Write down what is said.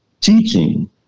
Teaching